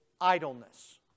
idleness